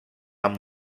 amb